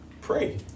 Pray